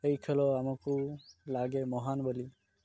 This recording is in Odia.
ଏହି ଖେଳ ଆମକୁ ଲାଗେ ମହାନ ବୋଲି